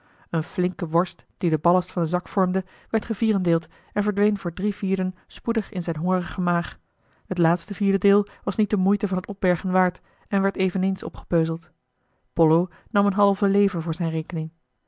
eene flinke worst die den ballast van den zak vormde werd gevierendeeld en verdween voor drie vierden spoedig in zijne hongerige maag het laatste vierde deel was niet de moeite van het opbergen waard en werd eveneens opgepeuzeld pollo nam eene halve lever voor zijne rekening